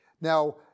Now